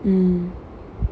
mmhmm